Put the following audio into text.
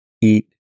eat